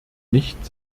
nicht